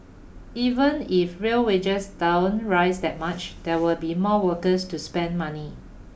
even if real wages don't rise that much there will be more workers to spend money